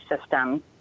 system